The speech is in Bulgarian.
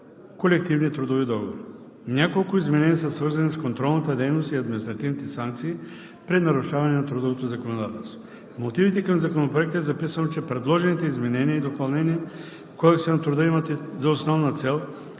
колективни трудови договори. Няколко изменения са свързани с контролната дейност и административните санкции при нарушаване на трудовото законодателство. В мотивите към Законопроекта е записано, че предложените изменения и допълнения в Кодекса на труда имат за основна цел